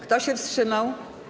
Kto się wstrzymał?